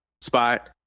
spot